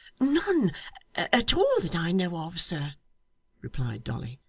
none at all that i know of sir replied dolly.